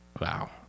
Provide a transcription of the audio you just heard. Wow